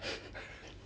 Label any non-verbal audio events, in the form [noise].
[laughs]